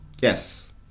Yes